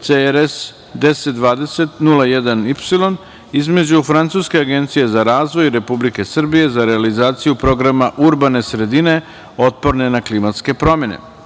CRS 1020 01 Y između Francuske agencije za razvoj i Republike Srbije za realizaciju Programa urbane sredine otporne na klimatske promene, Predlog